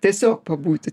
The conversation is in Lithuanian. tiesiog pabūti